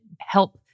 help